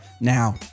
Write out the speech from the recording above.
Now